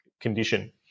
condition